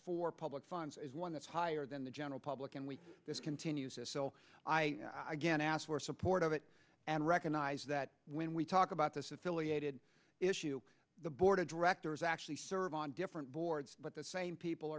for public funds is one that's higher than the general public and we this continues i again asked for support of it and recognize that when we talk about this affiliated issue the board of directors actually serve on different boards but the same people